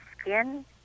skin